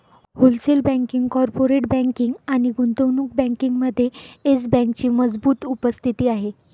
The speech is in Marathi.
होलसेल बँकिंग, कॉर्पोरेट बँकिंग आणि गुंतवणूक बँकिंगमध्ये येस बँकेची मजबूत उपस्थिती आहे